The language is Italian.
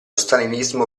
stalinismo